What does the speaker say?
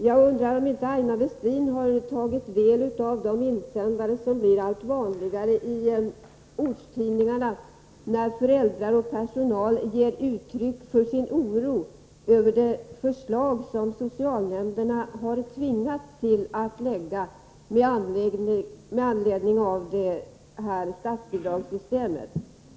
Har Aina Westin inte tagit del av de insändare som blivit allt vanligare i ortstidningarna, där föräldrar och personal ger uttryck för sin oro över de förslag som socialnämnderna har tvingats lägga fram med anledning av statsbidragssystemet?